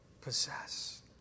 possess